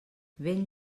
vent